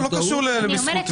לא קשור בזכות מי.